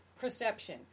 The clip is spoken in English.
perception